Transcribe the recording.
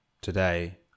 today